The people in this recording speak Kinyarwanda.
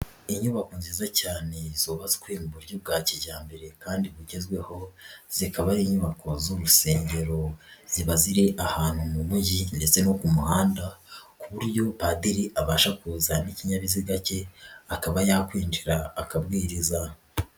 Inyubako nziza cyane yubatswe mu buryo bwa kijyambere kandi bugezweho, zikaba ari inyubako z'urusengero ziba ziri ahantu mu mujyi, ndetse no ku muhanda ku buryo padiri abasha kuzana ikinyabiziga ke akaba yakwinjira akabwiriza.